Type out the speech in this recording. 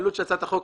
עלות הצעת החוק,